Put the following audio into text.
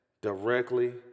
directly